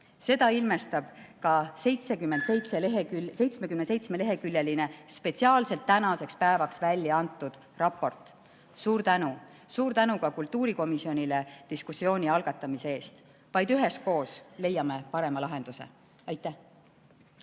Seda ilmestab ka 77-leheküljeline spetsiaalselt tänaseks päevaks välja antud raport. Suur tänu! Suur tänu ka kultuurikomisjonile diskussiooni algatamise eest! Vaid üheskoos leiame parema lahenduse. Aitäh!